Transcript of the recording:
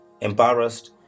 embarrassed